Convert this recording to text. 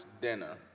Dinner